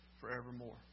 forevermore